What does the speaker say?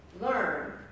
learn